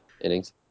innings